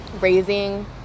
raising